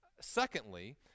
Secondly